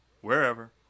wherever